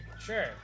sure